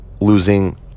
losing